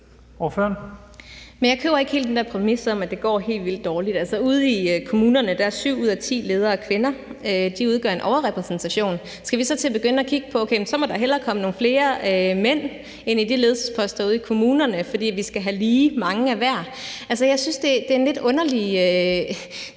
jeg køber ikke helt den der præmis om, at det går helt vildt dårligt. Ude i kommunerne er syv ud af ti ledere kvinder. Det er en overrepræsentation. Skal vi så til at begynde at kigge på at få nogle flere mænd ind i de ledelsesposter ude i kommunerne, fordi vi skal have lige mange af hver? Jeg synes, det er en sådan lidt underlig